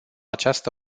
această